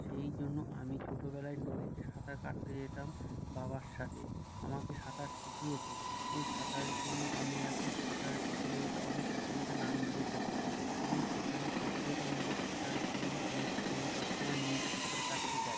সেই জন্য আমি ছোটোবেলায় নদীতে সাঁতার কাটতে যেতাম বাবার সাথে আমাকে সাঁতার শিখিয়েছে ওই সাঁতারের জন্য আমি এখন সাঁতারের প্রতিযোগিতা অনেক প্রতিযোগিতায় নাম দিয়ে থাকি এবং সেখানে প্রতিযোগিতামূলক সাঁতারের জন্য আমিকে সব সময় নদীতে সাঁতার কাটতে যায়